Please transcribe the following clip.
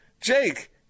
Jake